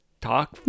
talk